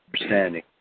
Understanding